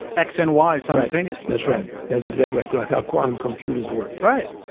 x and y simultaneous that's right. that's exactly like how quantum computers work. right.